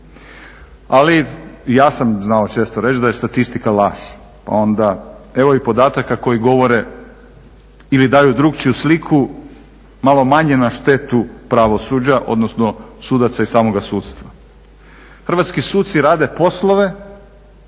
Ali, ja sam znao često reći da je statistika laž pa onda evo i podataka koji govore ili daju drukčiju sliku malo manje na štetu pravosuđa, odnosno sudaca i samoga sudstva. Hrvatski suci rade poslove